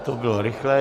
To bylo rychlé.